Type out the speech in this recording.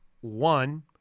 One